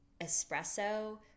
espresso